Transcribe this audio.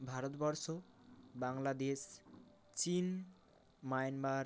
ভারতবর্ষ বাংলাদেশ চীন মায়ানমার